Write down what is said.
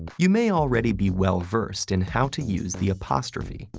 you may already be well-versed in how to use the apostrophe,